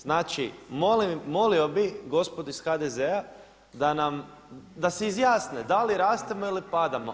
Znači molio bih gospodo iz HDZ-a da nam, da se izjasne da li rastemo ili padamo.